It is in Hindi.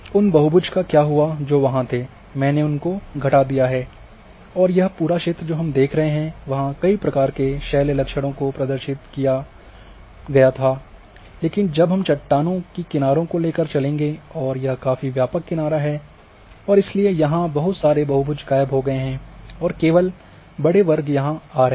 उन बहुभुज का क्या हुआ जो वहां थे मैंने उनको घटा दिया है और यह पूरा क्षेत्र जो हम देख रहे हैं वहाँ कई प्रकार के शैल लक्षणों को प्रदर्शित किया था लेकिन जब हम चट्टानों की किनारों को लेकर चलेंगे और यह काफी व्यापक किनारा है और इसलिए यहाँ बहुत सारे बहुभुज गायब हो गए हैं और केवल बड़े वर्ग यहां आ रहे हैं